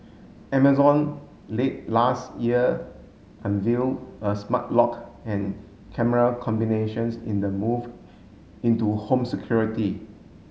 Amazon late last year unveil a smart lock and camera combinations in a move into home security